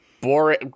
boring